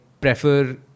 prefer